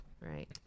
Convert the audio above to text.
right